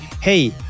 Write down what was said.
hey